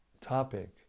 topic